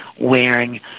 wearing